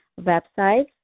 websites